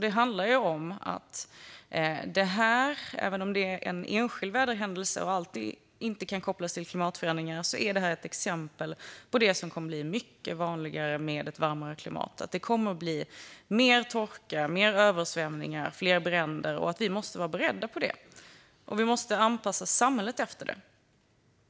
Det handlar ju om att det här - även om det är en enskild väderhändelse som inte kan kopplas till klimatförändringarna - är ett exempel på det som kommer att bli mycket vanligare med ett varmare klimat. Det kommer att bli mer torka, fler översvämningar och fler bränder. Vi måste vara beredda på det, och samhället måste anpassas efter det.